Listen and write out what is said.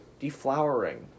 Deflowering